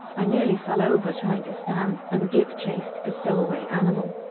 i nearly fell over trying to stand, and give chase to the stowaway animal,